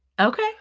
okay